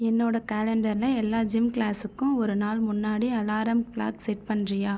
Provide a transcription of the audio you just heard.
என்னோட காலண்டரில் எல்லா ஜிம் கிளாஸுக்கும் ஒரு நாள் முன்னாடி அலாரம் கிளாக் செட் பண்ணுறீயா